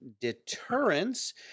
*Deterrence*